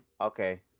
Okay